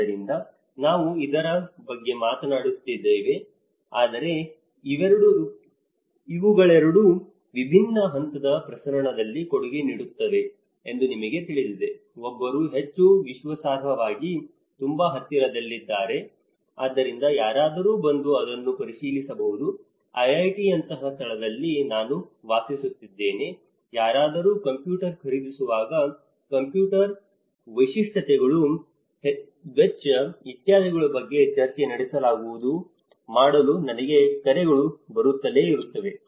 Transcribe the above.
ಆದ್ದರಿಂದ ನಾವು ಇದರ ಬಗ್ಗೆ ಮಾತನಾಡಿದ್ದೇವೆ ಆದರೆ ಇವುಗಳೆರಡೂ ವಿಭಿನ್ನ ಹಂತದ ಪ್ರಸರಣದಲ್ಲಿ ಕೊಡುಗೆ ನೀಡುತ್ತವೆ ಎಂದು ನಿಮಗೆ ತಿಳಿದಿದೆ ಒಬ್ಬರು ಹೆಚ್ಚು ವಿಶ್ವಾಸಾರ್ಹವಾಗಿ ತುಂಬಾ ಹತ್ತಿರದಲ್ಲಿದ್ದಾರೆ ಆದ್ದರಿಂದ ಯಾರಾದರೂ ಬಂದು ಅದನ್ನು ಪರಿಶೀಲಿಸಬಹುದು IIT ಯಂತಹ ಸ್ಥಳದಲ್ಲಿ ನಾನು ವಾಸಿಸುತ್ತಿದ್ದೇನೆ ಯಾರಾದರೂ ಕಂಪ್ಯೂಟರ್ ಖರೀದಿಸುವಾಗ ಕಂಪ್ಯೂಟರ್ ವೈಶಿಷ್ಟ್ಯಗಳು ವೆಚ್ಚ ಇತ್ಯಾದಿಗಳ ಬಗ್ಗೆ ಚರ್ಚೆ ನಡೆಸಲಾಗುವುದು ಮಾಡಲು ನನಗೆ ಕರೆಗಳು ಬರುತ್ತಲೇ ಇರುತ್ತವೆ